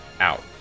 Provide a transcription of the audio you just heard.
out